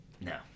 No